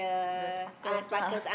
the sparkles lah